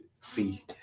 see